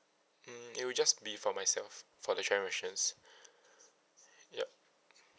mm it will just be for myself for the travel insurance yup